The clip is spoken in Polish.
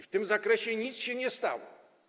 W tym zakresie nic się nie stało.